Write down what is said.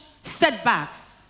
setbacks